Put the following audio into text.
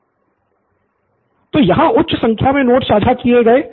निथिन तो यहां उच्च संख्या में नोट्स साझा किए गए